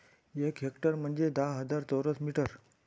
एक हेक्टर म्हंजे दहा हजार चौरस मीटर